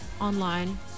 online